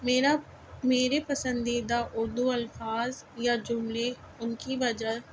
میرا میرے پسندیدہ اردو الفاظ یا جملے ان کی وجہ